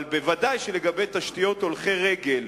אבל ודאי שלגבי תשתיות הולכי-רגל,